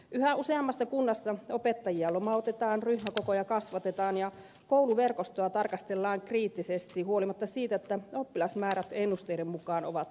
yhä useammassa kunnassa opettajia lomautetaan ryhmäkokoja kasvatetaan ja kouluverkostoa tarkastellaan kriittisesti huolimatta siitä että oppilasmäärät ennusteiden mukaan ovat kasvamassa